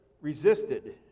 resisted